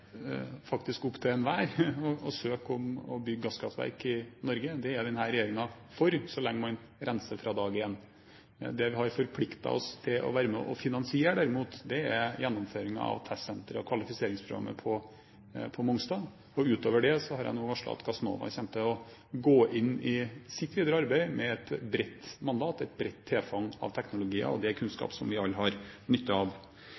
faktisk opp til enhver å søke om å bygge gasskraftverk i Norge. Det er denne regjeringen for, så lenge man renser fra dag én. Det vi har forpliktet oss til å være med og finansiere, derimot, er gjennomføringen av testsenteret og kvalifiseringsprogrammet på Mongstad. Utover det har jeg nå varslet at Gassnova kommer til å gå inn i sitt videre arbeid med et bredt mandat, et bredt tilfang av teknologier, og det er kunnskap som vi alle har nytte av.